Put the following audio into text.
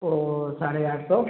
वो साढ़े आठ सौ